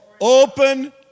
Open